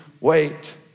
wait